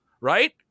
right